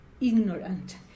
ignorant